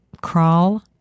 Crawl